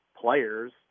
players